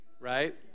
right